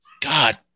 God